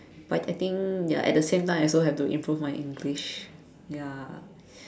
but I think ya at the same time I also have to improve my English ya